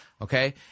okay